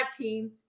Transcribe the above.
team